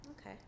Okay